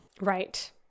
Right